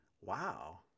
Wow